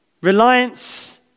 reliance